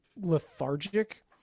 lethargic